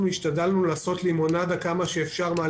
השתדלנו לעשות ממנו לימונדה כמה שאפשר,